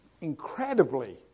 incredibly